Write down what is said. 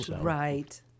right